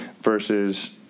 versus